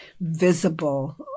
visible